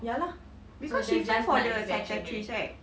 ya lah because she fell for the psychiatrist right